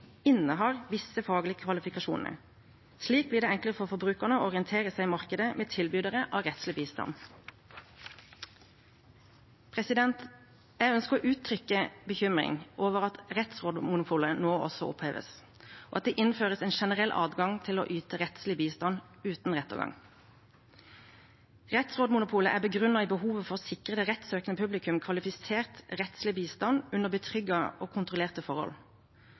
innehar visse faglige kvalifikasjoner. Slik blir det enklere for forbrukerne å orientere seg i markedet med tilbydere av rettslig bistand. Jeg ønsker å uttrykke bekymring over at rettsrådsmonopolet nå også oppheves, og at det innføres en generell adgang til å yte rettslig bistand uten rettergang. Rettsrådsmonopolet er begrunnet i behovet for å sikre det rettssøkende publikum kvalifisert rettslig bistand under betryggende og kontrollerte forhold.